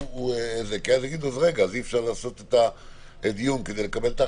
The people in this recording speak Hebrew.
יקימו את הוועדה וידונו במה שצריך לדון,